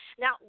Now